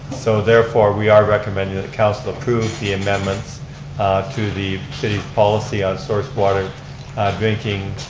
so therefore we are recommending that council approve the amendments to the city's policy on source water drinking